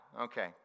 okay